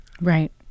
Right